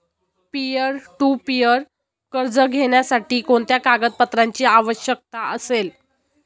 Peer to peer कर्ज घेण्यासाठी कोणत्या कागदपत्रांची आवश्यकता असेल?